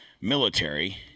military